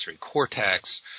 cortex